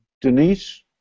Denise